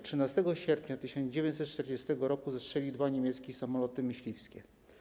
13 sierpnia 1940 r. zestrzelił dwa niemieckie samoloty myśliwskie.